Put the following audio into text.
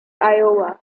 iowa